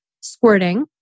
squirting